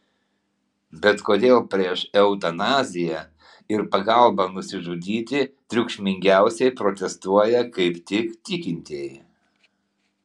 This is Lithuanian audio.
bet kodėl prieš eutanaziją ir pagalbą nusižudyti triukšmingiausiai protestuoja kaip tik tikintieji